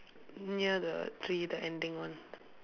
near the tree the ending one